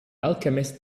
alchemist